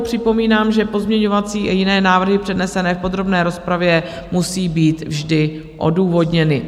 Připomínám, že pozměňovací i jiné návrhy přednesené v podrobné rozpravě musí být vždy odůvodněny.